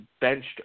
benched